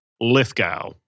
Lithgow